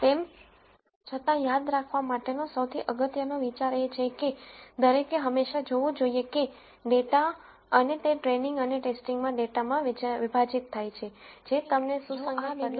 તેમ છતાં યાદ રાખવા માટેનો સૌથી અગત્યનો વિચાર એ છે જે દરેકે હંમેશાં જોવું જોઈએ કે ડેટા અને તે ટ્રેઈનીંગ અને ટેસ્ટિંગમાં ડેટામાં વિભાજીત થાય છે જે તમને સુસંગત પરિણામો આપે છે